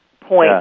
point